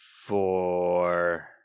four